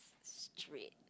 straight